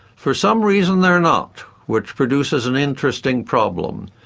for some reason they're not which produces an interesting problem.